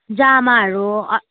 जामाहरू